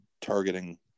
targeting